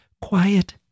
quiet